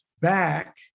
back